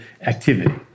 activity